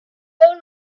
old